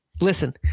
listen